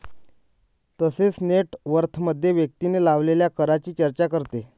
तसेच नेट वर्थमध्ये व्यक्तीने लावलेल्या करांची चर्चा करते